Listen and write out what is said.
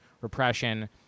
repression